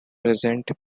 present